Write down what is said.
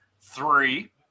three